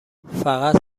فقط